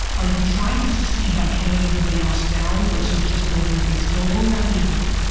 are you trying to succeed by tearing everybody else down versus just building the biggest building? that to me is like,